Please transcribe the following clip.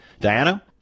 Diana